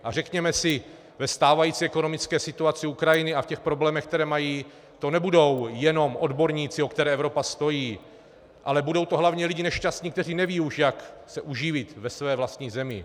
A řekněme si ve stávající ekonomické situaci Ukrajiny a v těch problémech, které mají, to nebudou jenom odborníci, o které Evropa stojí, ale budou to hlavně lidé nešťastní, kteří nevědí už, jak se uživit ve své vlastní zemi.